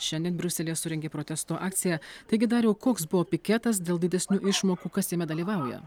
šiandien briuselyje surengė protesto akciją taigi dariau koks buvo piketas dėl didesnių išmokų kas jame dalyvauja